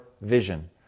vision